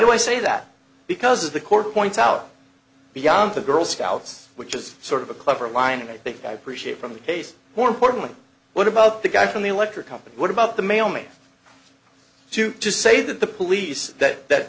do i say that because the court points out beyond the girl scouts which is sort of a clever line and i think i appreciate from the case more importantly what about the guy from the electric company what about the mail me to say that the police that that